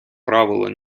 правило